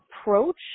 approach